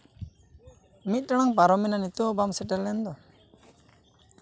ᱢᱤᱫ ᱴᱟᱲᱟᱝ ᱯᱟᱨᱚᱢ ᱮᱱᱟ ᱱᱤᱛᱚᱜ ᱦᱚᱸ ᱵᱟᱢ ᱥᱮᱴᱮᱨ ᱞᱮᱱ ᱫᱚ